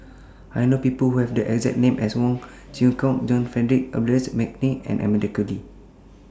I know People Who Have The exact name as Wong Kwei Cheong John Frederick Adolphus Mcnair and Amanda Koe Lee